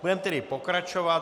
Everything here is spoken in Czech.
Budeme tedy pokračovat.